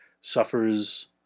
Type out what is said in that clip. suffers